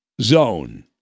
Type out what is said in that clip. zone